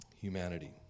humanity